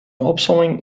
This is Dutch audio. opsomming